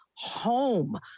home